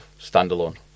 standalone